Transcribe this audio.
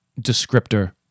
descriptor